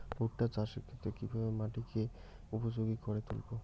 ভুট্টা চাষের ক্ষেত্রে কিভাবে মাটিকে উপযোগী করে তুলবো?